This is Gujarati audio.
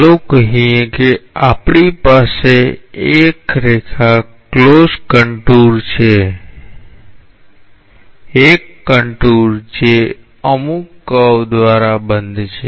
ચાલો કહીએ કે આપણી પાસે એક રેખા ક્લોઝ કન્ટુર છે એક કન્ટુર જે અમુક કર્વ દ્વારા બંધ છે